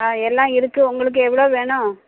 ஆ எல்லாம் இருக்கு உங்களுக்கு எவ்வளோ வேணும்